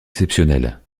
exceptionnel